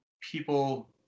people